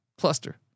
cluster